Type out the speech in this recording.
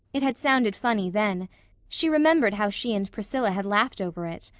it had sounded funny then she remembered how she and priscilla had laughed over it.